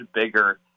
bigger